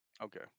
Okay